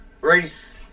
race